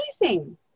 amazing